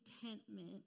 contentment